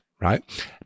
right